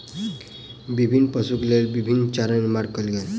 विभिन्न पशुक लेल विभिन्न चारा निर्माण कयल गेल